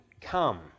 come